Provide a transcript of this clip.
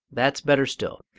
that's better still.